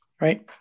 right